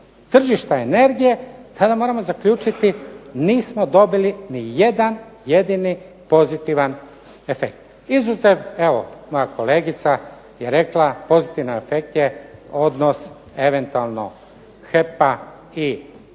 tržišta energije tada moramo zaključiti nismo dobili ni jedan jedini pozitivan efekt izuzev evo moja kolegica je rekla pozitivan efekt je odnos eventualno HEP-a i